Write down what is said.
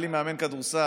היה לי מאמן כדורסל,